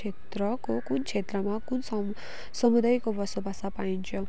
क्षेत्रको कुन क्षेत्रमा कुन सम् समुदायको बसोबासा पाईन्छ